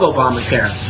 Obamacare